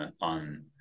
on